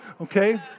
okay